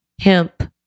hemp